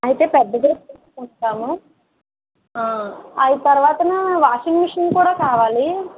అయితే పెద్దదే కొంటాము అది అవి తరువాత వాషింగ్ మిషన్ కూడా కావాలి